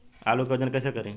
आलू के वजन कैसे करी?